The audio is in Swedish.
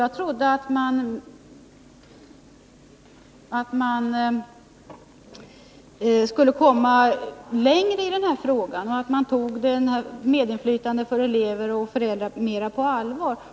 Jag trodde att man skulle komma längre i den här frågan, att man skulle ta medinflytandet för elever och föräldrar mer på allvar.